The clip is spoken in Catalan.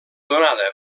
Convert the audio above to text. donada